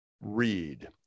read